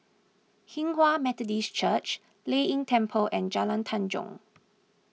Hinghwa Methodist Church Lei Yin Temple and Jalan Tanjong